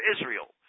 Israel